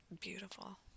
Beautiful